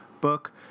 book